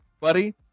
buddy